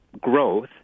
growth